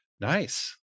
nice